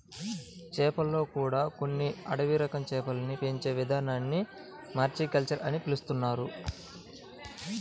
చేపల్లో కూడా కొన్ని అడవి రకం చేపల్ని పెంచే ఇదానాన్ని మారికల్చర్ అని పిలుత్తున్నారు